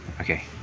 Okay